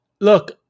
look